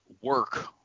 work